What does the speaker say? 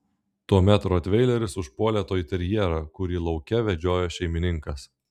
tuomet rotveileris užpuolė toiterjerą kurį lauke vedžiojo šeimininkas